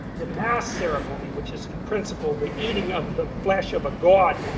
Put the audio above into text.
the mass ceremony, which is in principle the eating of the flesh of a god,